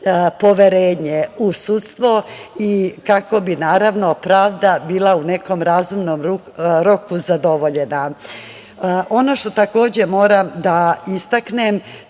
poverenje u sudstvo i kako bi, naravno, pravda bila u nekom razumnom roku zadovoljena. Ono što takođe moram da istaknem